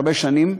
הרבה שנים,